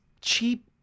cheap